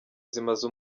zimaze